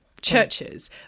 churches